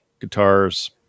guitars